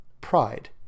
pride